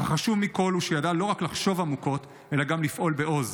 אך החשוב מכל הוא שהוא ידע לא רק לחשוב עמוקות אלא גם לפעול בעוז.